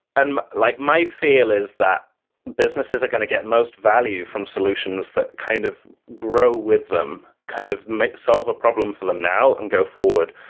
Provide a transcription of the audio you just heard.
and like my feel is that businesses are going to get most value from solutions that kind of grow with them, kind of solve a problem for them now and go forward.